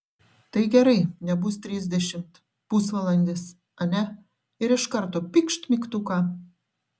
tai gerai nebus trisdešimt pusvalandis ane ir iš karto pykšt mygtuką